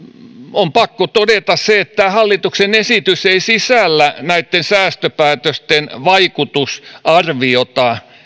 on pakko todeta se että tämä hallituksen esitys ei sisällä näitten säästöpäätösten vaikutusarviota